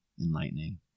enlightening